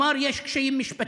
והוא אמר: יש קשיים משפטיים.